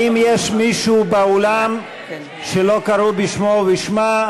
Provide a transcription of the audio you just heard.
האם יש מישהו באולם שלא קראו בשמו או בשמה?